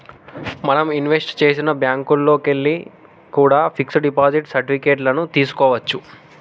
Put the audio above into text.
మనం ఇన్వెస్ట్ చేసిన బ్యేంకుల్లోకెల్లి కూడా పిక్స్ డిపాజిట్ సర్టిఫికెట్ లను తీస్కోవచ్చు